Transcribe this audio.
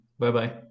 Bye-bye